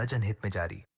anybody